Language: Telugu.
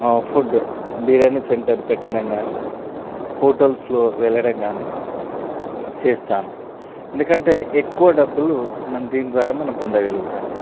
ఫుడ్ బిర్యానీ సెంటర్ పెట్టడం కానీ హోటల్స్లో వెళ్ళడం కానీ చేస్తాను ఎందుకంటే ఎక్కువ డబ్బులు మనం దీని ద్వారా మనం పొందగలుగుతాం